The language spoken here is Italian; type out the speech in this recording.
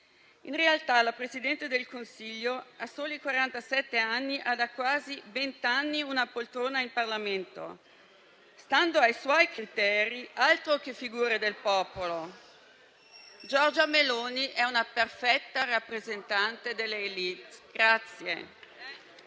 In realtà, la Presidente del Consiglio, a soli quarantasette anni, ha da quasi vent'anni una poltrona in Parlamento. Stando ai suoi criteri, altro che figura del popolo: Giorgia Meloni è una perfetta rappresentante dell'élite.